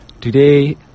Today